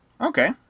Okay